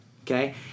okay